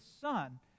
son